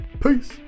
Peace